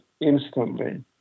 instantly